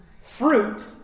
fruit